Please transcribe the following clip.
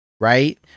right